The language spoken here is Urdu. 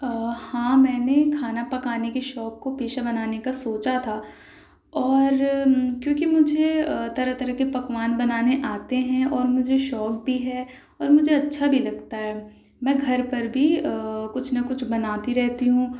ہاں میں نے کھانا پکانے کے شوق کو پیشہ بنانے کا سوچا تھا اور کیوں کہ مجھے طرح طرح کے پکوان بنانے آتے ہیں اور مجھے شوق بھی ہے اور مجھے اچھا بھی لگتا ہے میں گھر پر بھی کچھ نہ کچھ بناتی رہتی ہوں